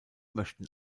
möchten